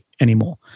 anymore